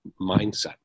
mindset